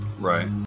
Right